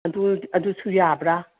ꯑꯗꯨ ꯑꯗꯨꯁꯨ ꯌꯥꯕ꯭ꯔꯥ